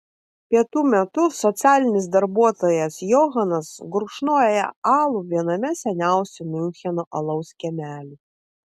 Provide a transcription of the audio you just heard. pietų metu socialinis darbuotojas johanas gurkšnoja alų viename seniausių miuncheno alaus kiemelių